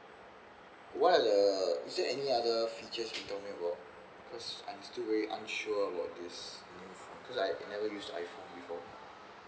what are the is there any other features you can tell me about cause I'm still very unsure about this because I never used iphone before